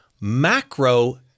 macro